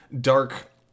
dark